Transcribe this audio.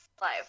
live